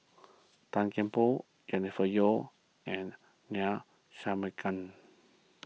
Tan Kian Por Jennifer Yeo and Neila